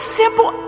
simple